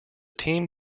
team